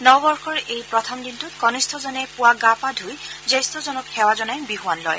নৱবৰ্যৰ এই প্ৰথম দিনটোত কনিষ্ঠজনে পুৱা গা পা ধুই জ্যেষ্ঠজনক সেৱা জনাই বিছৱান লয়